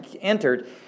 entered